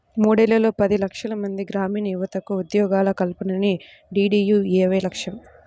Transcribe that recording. మూడేళ్లలో పది లక్షలమంది గ్రామీణయువతకు ఉద్యోగాల కల్పనే డీడీయూఏవై లక్ష్యం